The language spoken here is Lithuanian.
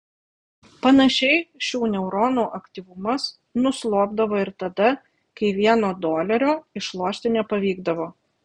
panašiai šių neuronų aktyvumas nuslopdavo ir tada kai vieno dolerio išlošti nepavykdavo